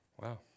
Wow